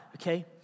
okay